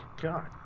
god